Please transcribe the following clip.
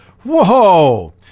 Whoa